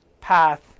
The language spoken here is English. path